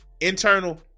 internal